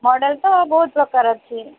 model ତ ବହୁତ ପ୍ରକାର ଅଛି